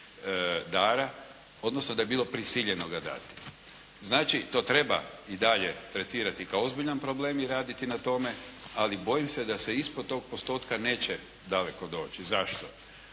odnosno da je bilo prisiljeno ga dati. Znači to treba i dalje tretirati kao ozbiljan problem i raditi na tome, ali bojim se da se ispod tog postotka neće daleko doći. Zašto?